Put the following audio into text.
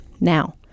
now